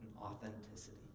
authenticity